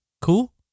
cool